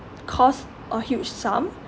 cost a huge sum